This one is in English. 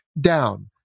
down